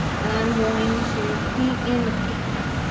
and i'm going to paint in the feet now.